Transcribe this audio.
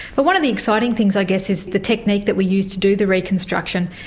but one of the exciting things i guess is the technique that we used to do the reconstruction.